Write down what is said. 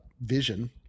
vision